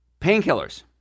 painkillers